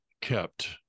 kept